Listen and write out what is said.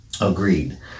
Agreed